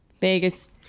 Vegas